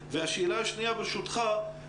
אלה סטודנטים שנמצאים בכל מיני עבודות שעתיות.